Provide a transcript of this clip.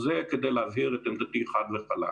אז זה כדי להבהיר את עמדתי חד וחלק.